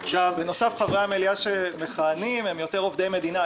בנוסף חברי המליאה המכהנים הם ברובם עובדי מדינה,